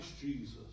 Jesus